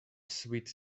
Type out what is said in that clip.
sweet